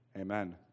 Amen